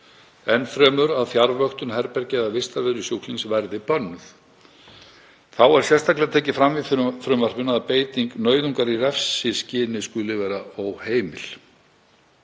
enn fremur að fjarvöktun herbergja eða vistarvera sjúklings verði bönnuð. Sérstaklega er tekið fram í frumvarpinu að beiting nauðungar í refsiskyni skuli vera óheimil.